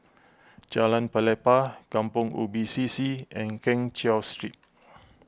Jalan Pelepah Kampong Ubi C C and Keng Cheow Street